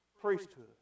Priesthood